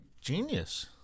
genius